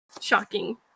shocking